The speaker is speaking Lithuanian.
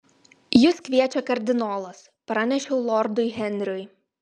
jus kviečia kardinolas pranešiau lordui henriui